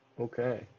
Okay